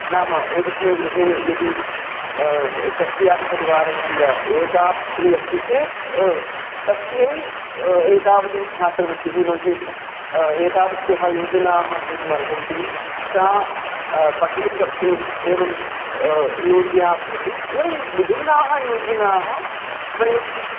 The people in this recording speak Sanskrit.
नाम एकस्मिन् गृहे यदि कस्यापि परिवारस्य एका पुत्री अस्ति चेत् तस्यै एतावती छात्रवृत्तिः नो चेत् एतावत्याः योजनाः भवितुमर्हन्ति सा पठनं कर्तुम् एवं योग्या भवति एवं विभिन्नाः योजनाः वयम्